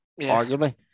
arguably